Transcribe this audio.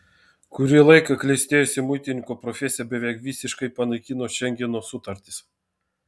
kurį laiką klestėjusią muitininko profesiją beveik visiškai panaikino šengeno sutartis